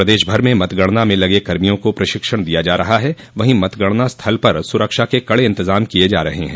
प्रदेश भर में मतगणना में लगे कर्मियों को प्रशिक्षण दिया जा रहा है वहीं मतगणना स्थल पर सुरक्षा के कड़े इंतजाम किये जा रहे हैं